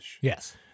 Yes